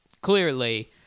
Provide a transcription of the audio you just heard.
clearly